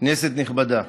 כנסת נכבדה,